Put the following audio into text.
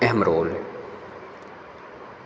अहम रोल